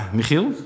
Michiel